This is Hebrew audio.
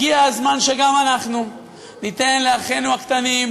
הגיע הזמן שגם אנחנו ניתן לאחינו הקטנים,